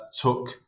took